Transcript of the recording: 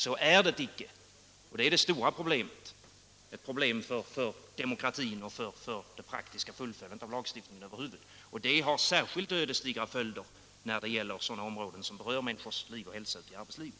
Så är det icke, och det är det stora problemet, ett problem för demokratin och för det praktiska fullföljandet av lagstiftningen över huvud. Och det har särskilt ödesdigra följder när det gäller sådana områden som berör människors liv och hälsa i arbetslivet.